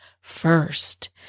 first